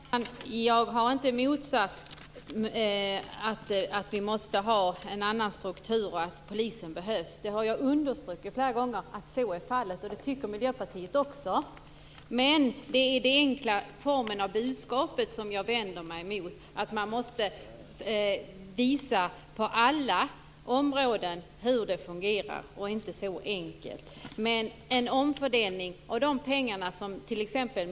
Fru talman! Jag har inte motsatt mig att vi måste ha en annan struktur och att polisen behövs. Jag har flera gånger understrukit att så är fallet. Det tycker också Miljöpartiet. Det är den enkla formen av budskap jag vänder mig mot. Man måste visa hur det fungerar på alla områden och inte göra det så enkelt. En omfördelning av de pengar som t.ex.